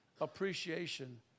appreciation